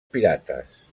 pirates